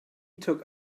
took